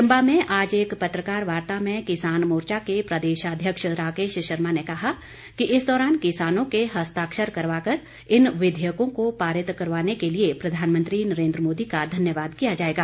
चंबा में आज एक पत्रकार वार्ता में किसान मोर्चा के प्रदेशाध्यक्ष राकेश शर्मा ने कहा कि इस दौरान किसानों के हस्ताक्षर करवाकर इन विधेयकों को पारित करवाने के लिए प्रधानमंत्री नरेंद्र मोदी का धन्यवाद किया जाएगा